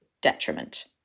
detriment